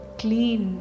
clean